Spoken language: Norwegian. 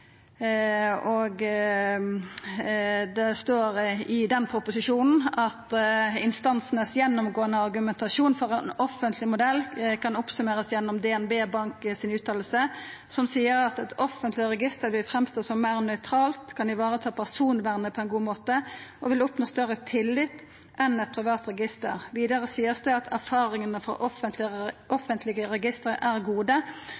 føretrekte. Det står i den proposisjonen: «Instansenes gjennomgående argumentasjon for en offentlig modell kan oppsummeres gjennom DNB Bank ASAs uttalelse, som sier at et offentlig register vil fremstå som mer nøytralt, kan ivareta personvernet på en god måte og vil oppnå større tillit enn et privat register. Videre sies det at erfaringene fra offentlige registre er gode,